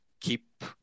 keep